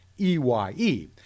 E-Y-E